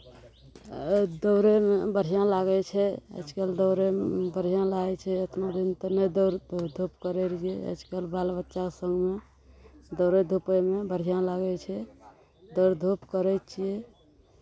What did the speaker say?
दौड़यमे बढ़िआँ लागै छै आजकल दौड़ैमे बढ़िआँ लागै छै एतनो दिन तऽ नहि दौड़ दौड़ धूप करै रहियै आजकल बाल बच्चा सभमे दौड़य धूपयमे बढ़िआँ लागै छै दौड़ धूप करै छियै